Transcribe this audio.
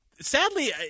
Sadly